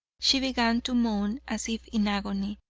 she began to moan as if in agony,